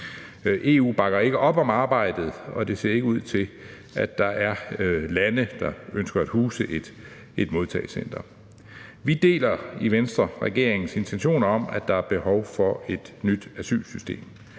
EU bakker ikke op om arbejdet, og det ser ikke ud til, at der er lande, der ønsker at huse et modtagecenter. I Venstre deler vi regeringens intentioner om, at der er behov for et nyt asylsystem.